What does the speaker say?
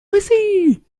russie